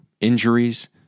injuries